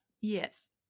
Yes